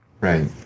right